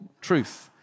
truth